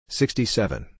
sixty-seven